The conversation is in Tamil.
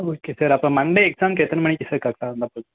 ஓகே சார் அப்போ மண்டே எக்ஸாம்க்கு எத்தனை மணிக்கு சார் கரெக்டா வந்தால் போதும்